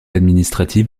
administrative